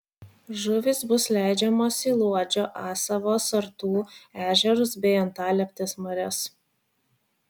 žuvys bus leidžiamos į luodžio asavo sartų ežerus bei antalieptės marias